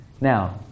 Now